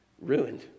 ruined